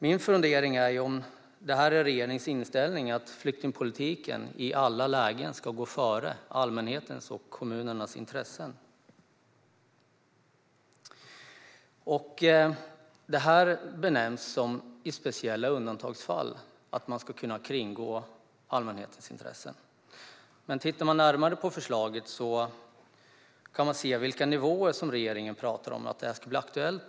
Min fundering är om det är regeringens inställning att flyktingpolitiken i alla lägen ska gå före allmänhetens och kommunernas intressen. Det nämns att man i speciella undantagsfall ska kunna kringgå allmänhetens intressen. Men tittar man närmare på förslaget kan man se för vilka nivåer regeringen säger att det ska bli aktuellt.